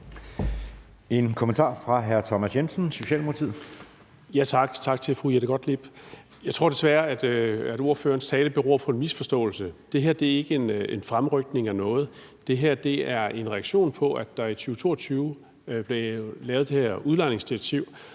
en kommentar fra hr. Thomas Jensen, Socialdemokratiet. Kl. 11:45 Thomas Jensen (S): Tak. Og tak til fru Jette Gottlieb. Jeg tror desværre, at ordførerens tale beror på en misforståelse. Det her er ikke en fremrykning af noget; det her er en reaktion på, at der i 2022 blev lavet det her udlejningsdirektiv,